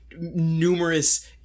Numerous